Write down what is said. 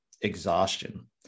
exhaustion